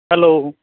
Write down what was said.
hello